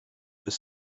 bis